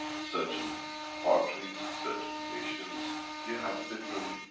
certain parteries, certain nations' you have different.